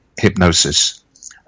hypnosis